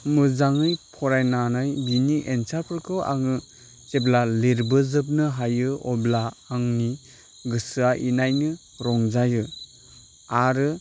मोजाङै फरायनानै बिनि एनसारफोरखौ आङो जेब्ला लिरबोजोबनो हायो अब्ला आंनि गोसोआ इनायनो रंजायो आरो